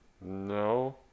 No